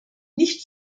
nicht